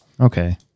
Okay